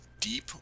deep